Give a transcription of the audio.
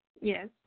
Yes